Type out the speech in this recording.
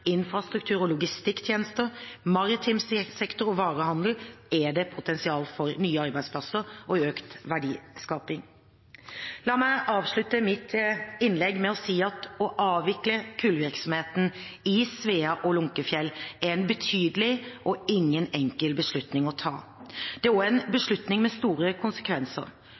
infrastruktur- og logistikktjenester, maritim sektor og varehandel er det potensial for nye arbeidsplasser og økt verdiskaping. La meg avslutte mitt innlegg med å si at å avvikle kullvirksomheten i Svea og Lunckefjell er en betydelig og ingen enkel beslutning å ta. Det er også en beslutning med store konsekvenser